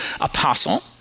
apostle